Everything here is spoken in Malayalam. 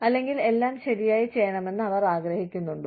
അല്ലെങ്കിൽ എല്ലാം ശരിയായി ചെയ്യണമെന്ന് അവർ ആഗ്രഹിക്കുന്നുണ്ടോ